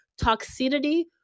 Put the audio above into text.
Toxicity